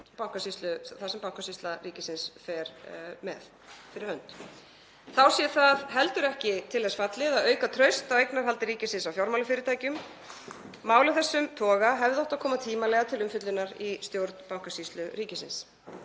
sem Bankasýsla ríkisins fer með fyrir þeirra hönd. Þá sé það heldur ekki til þess fallið að auka traust á eignarhaldi ríkisins á fjármálafyrirtækjum. Mál af þessum toga hefði átt að koma tímanlega til umfjöllunar í stjórn Bankasýslu ríkisins.